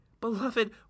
Beloved